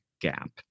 gap